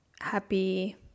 happy